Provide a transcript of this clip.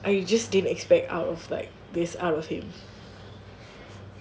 and you just didn't expect out of like based out of him